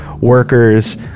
workers